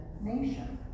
nation